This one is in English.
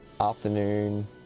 Afternoon